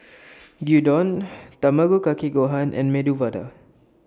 Gyudon Tamago Kake Gohan and Medu Vada